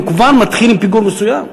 הוא כבר מתחיל עם פיגור מסוים.